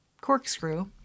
corkscrew